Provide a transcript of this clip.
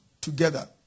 together